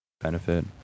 benefit